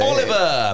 Oliver